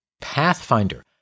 Pathfinder